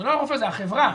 הרופא, זו החברה,